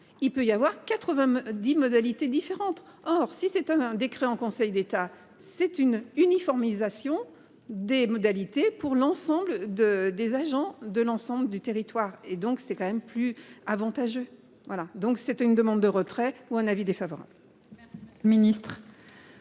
Il peut y avoir 80 10 modalités différentes. Or, si c'est un, un décret en Conseil d'État c'est une uniformisation des modalités pour l'ensemble de. Des agents de l'ensemble du territoire et donc c'est quand même plus avantageux. Voilà donc c'était une demande de retrait ou un avis défavorable.